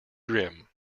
grim